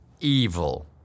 evil